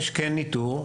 יש ניטור.